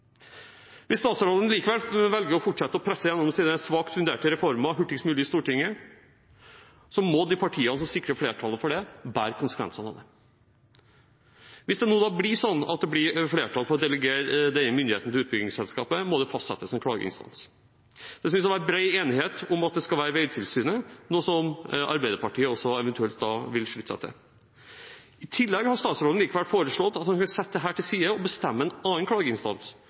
Hvis statsråden likevel velger å fortsette å presse gjennom sine svakt funderte reformer hurtigst mulig i Stortinget, må de partiene som sikrer flertall for det, bære konsekvensene av det. Hvis det nå er sånn at det blir flertall for å delegere denne myndigheten til utbyggingsselskapet, må det fastsettes en klageinstans. Det synes å være bred enighet om at det skal være Vegdirektoratet, noe som også Arbeiderpartiet eventuelt da vil slutte seg til. I tillegg har statsråden likevel foreslått at en kan sette dette til side og bestemme en annen klageinstans.